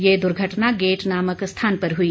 ये दुर्घटना गेट नामक स्थान पर हुई